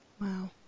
Wow